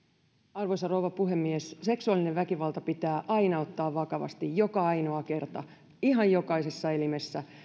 arvoisa rouva puhemies seksuaalinen väkivalta pitää aina ottaa vakavasti joka ainoa kerta ihan jokaisessa elimessä